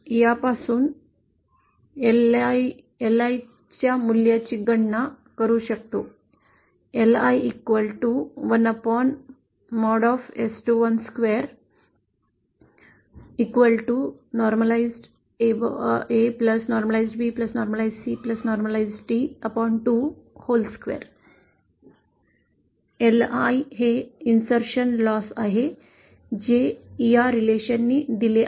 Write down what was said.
यापासून आपण निश्चितच LI मूल्यचि गणना करू शकतो LI हे ग्याप ने्भूत तोटा आहे जे या संबंधाने दिले आहे